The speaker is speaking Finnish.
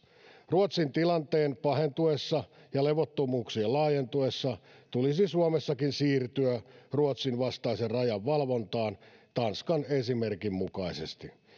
ruotsin tilanteen pahentuessa ja levottomuuksien laajentuessa tulisi suomessakin siirtyä ruotsin vastaisen rajan valvontaan tanskan esimerkin mukaisesti